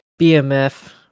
BMF